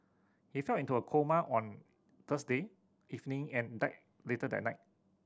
he fell into a coma on Thursday evening and died later that night